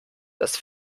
das